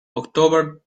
october